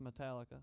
Metallica